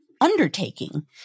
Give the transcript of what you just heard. undertaking